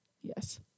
Yes